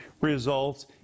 results